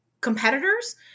competitors